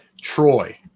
Troy